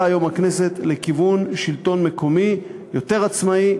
היום לכיוון שלטון מקומי יותר עצמאי,